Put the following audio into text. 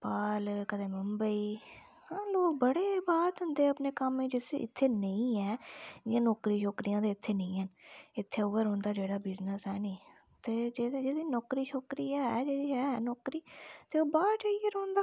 नेपाल कदें मुबई हां लोक बड़े बाह्र जंदे अपने कम्म जिसी इत्थें नेईं ऐ जियां नौकरियां छोकरियां दा इत्थें नेईं हैन इत्थें उ'यै रौंह्दा जेह्ड़ा बिजनेस हैन न ते जेह्दे जेह्दे नौकरी छोकरी ऐ जेह्दी ऐ नौकरी ते ओह् बाह्र जाइयै रौंह्दा